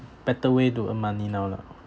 better way to earn money now lah